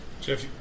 Jeff